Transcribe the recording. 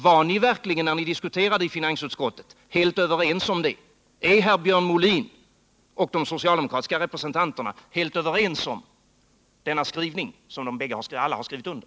Var ni verkligen, när ni diskuterade det i finansutskottet, helt överens om denna skrivning, som alla har skrivit under?